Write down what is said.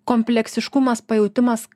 kompleksiškumas pajautimas